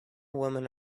woman